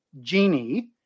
Genie